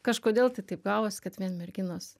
kažkodėl tai taip gavos kad vien merginos